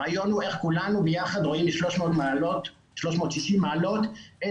הרעיון הוא איך כולנו ביחד רואים ב-360 מעלות את